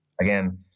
Again